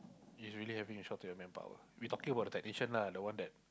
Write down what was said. is really having a short to your manpower we talking about the technician lah the one that